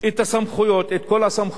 את הסמכויות, את כל הסמכויות,